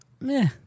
meh